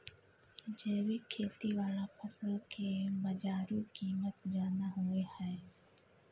जैविक खेती वाला फसल के बाजारू कीमत ज्यादा होय हय